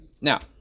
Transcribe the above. Now